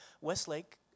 Westlake